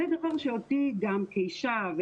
זה דבר שאותי גם כאשה,